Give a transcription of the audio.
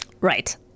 Right